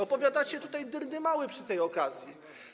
Opowiadacie tutaj dyrdymały przy tej okazji.